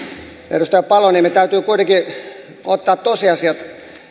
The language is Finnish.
edustaja paloniemi täytyy kuitenkin ottaa tosiasiat